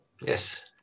Yes